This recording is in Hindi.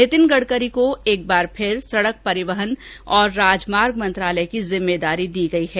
नितिन गडकरी को एक बार फिर सड़क परिवहन और राजमार्ग मंत्रालय की जिम्मेदारी दी गयी है